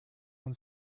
und